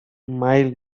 mile